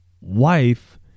wife